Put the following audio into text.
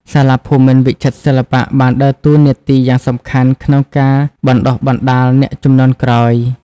សាលាភូមិន្ទវិចិត្រសិល្បៈបានដើរតួនាទីយ៉ាងសំខាន់ក្នុងការបណ្ដុះបណ្ដាលអ្នកជំនាន់ក្រោយ ។